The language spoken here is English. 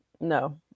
No